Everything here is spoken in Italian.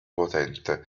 potente